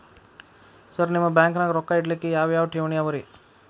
Sir ನಿಮ್ಮ ಬ್ಯಾಂಕನಾಗ ರೊಕ್ಕ ಇಡಲಿಕ್ಕೆ ಯಾವ್ ಯಾವ್ ಠೇವಣಿ ಅವ ರಿ?